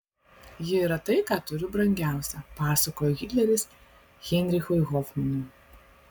ji yra tai ką turiu brangiausia pasakojo hitleris heinrichui hofmanui